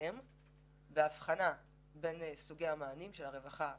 הם לא היו עדכניים לאותה ביקורת.